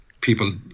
people